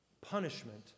punishment